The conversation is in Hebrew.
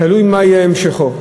תלוי מה יהיה המשכו.